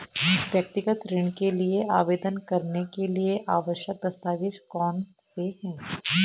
व्यक्तिगत ऋण के लिए आवेदन करने के लिए आवश्यक दस्तावेज़ कौनसे हैं?